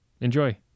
Enjoy